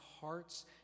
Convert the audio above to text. heart's